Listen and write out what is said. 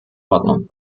ordnung